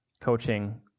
coaching